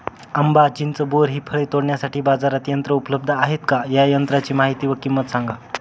आंबा, चिंच, बोर हि फळे तोडण्यासाठी बाजारात यंत्र उपलब्ध आहेत का? या यंत्रांची माहिती व किंमत सांगा?